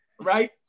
right